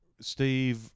Steve